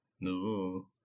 No